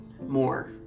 More